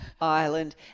Ireland